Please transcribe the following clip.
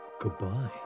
goodbye